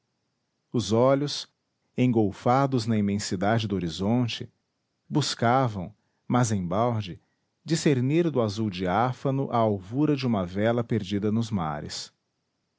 os olhos engolfados na imensidade do horizonte buscavam mas embalde discenir do azul diáfano a alvura de uma vela perdida nos mares